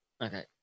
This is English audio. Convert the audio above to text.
Okay